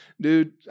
Dude